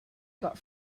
got